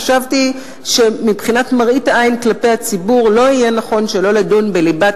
חשבתי שמבחינת מראית העין כלפי הציבור לא יהיה נכון שלא לדון בליבת